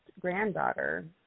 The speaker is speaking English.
granddaughter